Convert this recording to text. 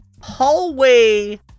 hallway